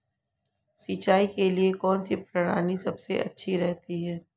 सिंचाई के लिए कौनसी प्रणाली सबसे अच्छी रहती है?